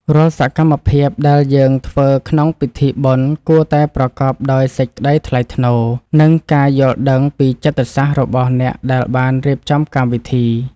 រាល់សកម្មភាពដែលយើងធ្វើក្នុងពិធីបុណ្យគួរតែប្រកបដោយសេចក្តីថ្លៃថ្នូរ និងការយល់ដឹងពីចិត្តសាស្ត្ររបស់អ្នកដែលបានរៀបចំកម្មវិធី។